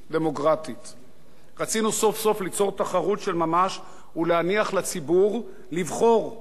רצינו סוף-סוף ליצור תחרות של ממש ולהניח לציבור לבחור באמצעות השלט